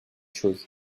choses